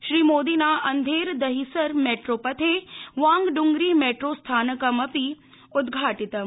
श्रीमोदिना अंधेर दहिसर मैट्रो पथे वांगडुंगरी मैट्रो स्थानकम् अपि उद्घाटितम्